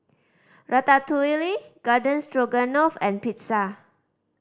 Ratatouille Garden Stroganoff and Pizza